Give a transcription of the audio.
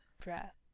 breath